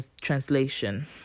translation